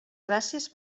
gràcies